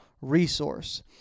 resource